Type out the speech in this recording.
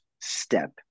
step